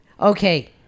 Okay